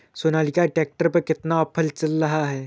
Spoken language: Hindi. सोनालिका ट्रैक्टर पर कितना ऑफर चल रहा है?